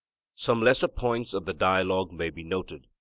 some lesser points of the dialogue may be noted,